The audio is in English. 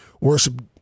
worship